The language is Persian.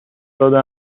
داده